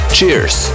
Cheers